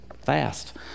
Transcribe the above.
Fast